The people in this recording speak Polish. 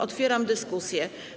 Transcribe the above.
Otwieram dyskusję.